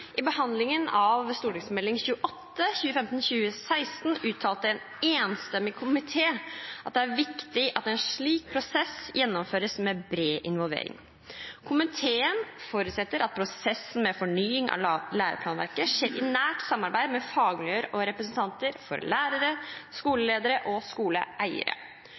i gang. I behandlingen av Meld. St. 28 uttalte en enstemmig komité at «det er viktig at en slik prosess gjennomføres med bred involvering. Komiteen forutsetter at prosessen med fornying av læreplanverket skjer i nært samarbeid med fagmiljøer og representanter for lærere, skoleledere og skoleeiere.»